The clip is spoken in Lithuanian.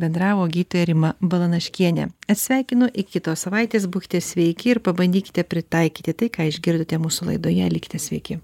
bendravo gydytoja rima balanaškienė atsisveikinu iki kitos savaitės būkite sveiki ir pabandykite pritaikyti tai ką išgirdote mūsų laidoje likite sveiki